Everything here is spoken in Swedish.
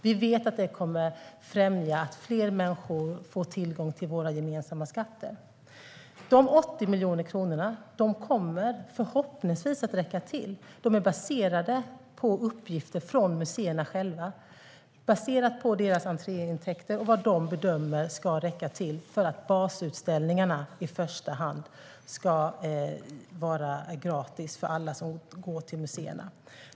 Vi vet att den kommer att främja att fler människor får tillgång till våra gemensamma skatter. De 80 miljoner kronorna kommer förhoppningsvis att räcka till. De är baserade på uppgifter från museerna själva om deras entréintäkter och om vad de bedömer ska räcka till för att i första hand basutställningarna ska vara gratis för alla som går till museerna.